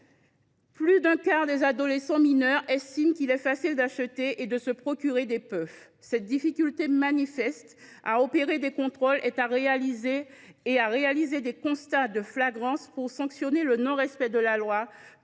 Plus d’un quart des adolescents mineurs estiment qu’il est facile d’acheter et de se procurer des puffs. Cette difficulté manifeste à opérer des contrôles et à réaliser des constats de flagrance pour sanctionner le non respect de la loi